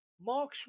Mark